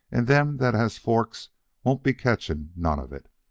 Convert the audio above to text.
and them that has forks won't be catching none of it.